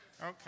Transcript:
Okay